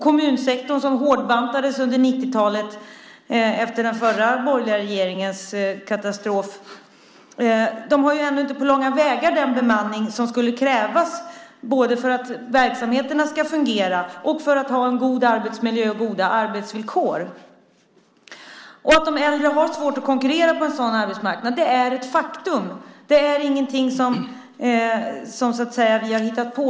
Kommunsektorn hårdbantades under 90-talet efter den förra borgerliga regeringens katastrof. Den har inte på långa vägar den bemanning som skulle krävas för att verksamheterna ska fungera och för att ha en god arbetsmiljö och goda arbetsvillkor. Det är ett faktum att de äldre har svårt att konkurrera på en sådan arbetsmarknad. Det är ingenting som vi har hittat på.